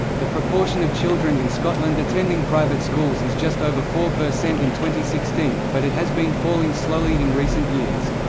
the proportion of children in scotland attending private schools is just over four per cent in sixteen, but it has been falling slowly in recent years.